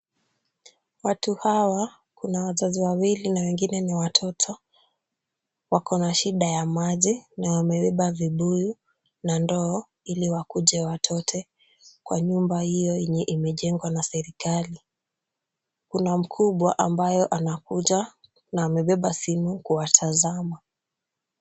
Watu hawa, kuna wazazi wawili na wengine ni watoto. Wako na shida ya maji na wamebeba vibuyu na ndoo ili wakuje wachote, kwa nyumba hiyo yenye imejengwa na serikali. Kuna mkubwa ambayo anakuja na amebeba simu kuwatazama.